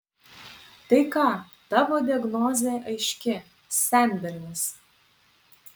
tai ką tavo diagnozė aiški senbernis